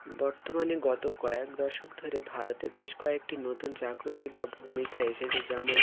বর্তমানে গত কয়েক দশক ধরে ভারতে বেশ কয়েকটি নতুন চাকুরি বা ভূমিকা এসেছে যেমন